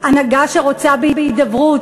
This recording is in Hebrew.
הנהגה שרוצה בהידברות,